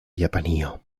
japanio